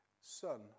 Son